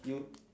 you